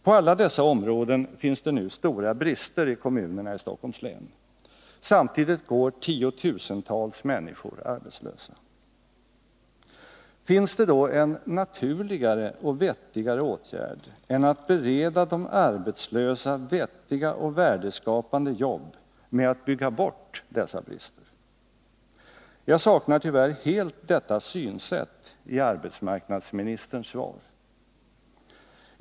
På alla dessa områden finns det nu stora brister i kommunerna i Stockholms län. Samtidigt går tiotusentals människor arbetslösa. Finns det en naturligare och vettigare åtgärd än att bereda de arbetslösa vettiga och värdeskapande jobb med att bygga bort dessa brister? Jag saknar tyvärr helt detta synsätt i arbetsmarknadsministerns svar.